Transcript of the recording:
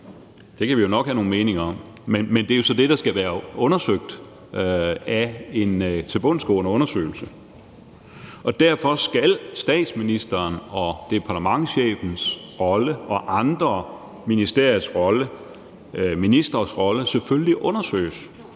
Det kan vi nok have nogle meninger om, men det er jo så det, der skal være undersøgt i en tilbundsgående undersøgelse. Derfor skal statsministerens, departementschefens og andre ministres rolle selvfølgelig undersøges,